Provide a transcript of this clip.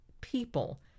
people